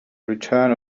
return